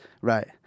right